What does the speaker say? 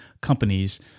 companies